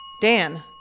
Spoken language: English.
Dan